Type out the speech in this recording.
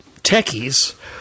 techies